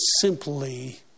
simply